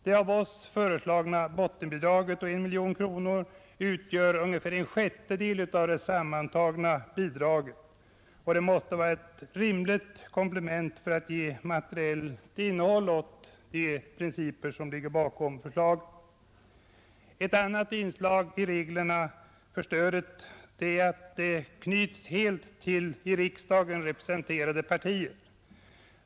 Det av oss föreslagna bottenbidraget på 1 miljon kronor utgör ungefär en sjättedel av det sammantagna bidraget. Det måste vara ett rimligt komplement för att ge materiellt innehåll åt de principer som ligger bakom förslaget. Ett annat inslag i reglerna för stödet är att detta helt knytes till i riksdagen representerade partier.